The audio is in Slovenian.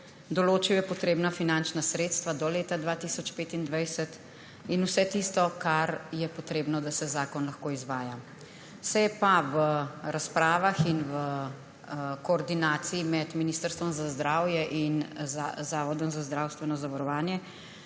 določil je potrebna finančna sredstva do leta 2025 in vse tisto, kar je potrebno, da se zakon lahko izvaja. Se je pa v razpravah in v koordinaciji med Ministrstvom za zdravje in Zavodom za zdravstveno zavarovanje